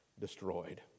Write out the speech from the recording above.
destroyed